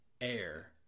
air